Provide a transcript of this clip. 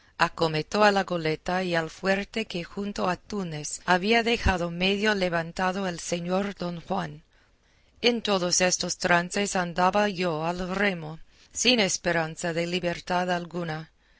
cuatro acometió a la goleta y al fuerte que junto a túnez había dejado medio levantado el señor don juan en todos estos trances andaba yo al remo sin esperanza de libertad alguna